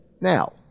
Now